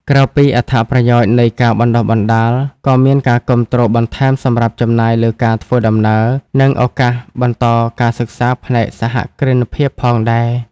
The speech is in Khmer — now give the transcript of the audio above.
ក្រៅពីអត្ថប្រយោជន៍នៃការបណ្តុះបណ្តាល ក៏មានការគាំទ្របន្ថែមសម្រាប់ចំណាយលើការធ្វើដំណើរនិងឱកាសបន្តការសិក្សាផ្នែកសហគ្រិនភាពផងដែរ។